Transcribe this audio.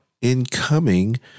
incoming